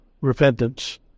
repentance